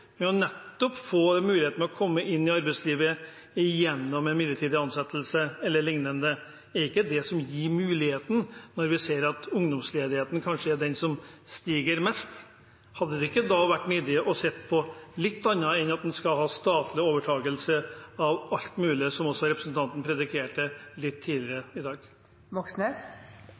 midlertidig ansettelse e.l.? Er det ikke det som gir muligheten, når vi ser at ungdomsledigheten kanskje er den som stiger mest? Hadde det ikke vært en idé å se på litt annet enn at en skal ha statlig overtakelse av alt mulig, som også representanten prediket litt tidligere i